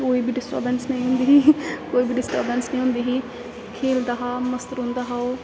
कोई बी डिस्टर्बेंस नेईं होंदी ही कोई बी डिस्टर्बेंस नेईं होंदी ही खेलदा हा मस्त रौंह्दा हा ओह्